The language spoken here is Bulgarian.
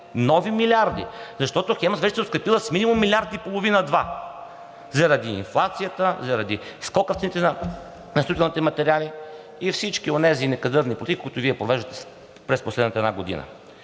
нови милиарди! Защото „Хемус“ вече се е оскъпила с минимум милиард и половина – два заради инфлацията, заради скока в цените на строителните материали и всички онези некадърни политики, които Вие провеждате през последната една година.